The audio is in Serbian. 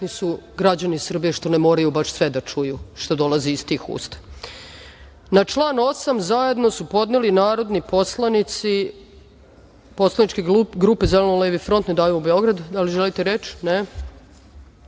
su građani Srbije što ne moraju baš sve da čuju što dolazi iz tih usta. Na član 8. zajedno su podneli narodni poslanici poslaničke grupe Zeleno-levi front, Ne davimo Beograd. Da li želite reč?